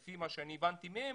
כמו שאני הבנתי מהם,